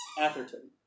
Atherton